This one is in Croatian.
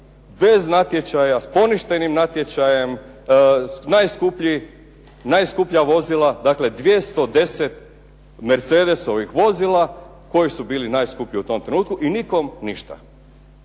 bez natječaja, s poništenim natječajem, najskuplja vozila. Dakle, 210 mercedesovih vozila koji su bili najskuplji u tom trenutku i nikom ništa.